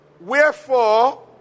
Wherefore